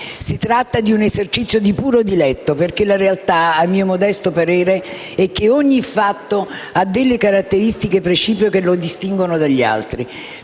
Si tratta di un esercizio puramente teorico, perché la realtà, a mio modesto parere, è che ogni fatto ha delle caratteristiche precipue che lo distinguono dagli altri.